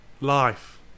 life